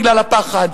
בגלל הפחד.